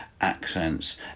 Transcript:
accents